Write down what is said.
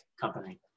company